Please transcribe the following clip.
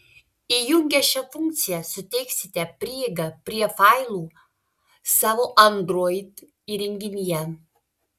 įjungę šią funkciją suteiksite prieigą prie failų savo android įrenginyje